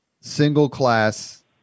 single-class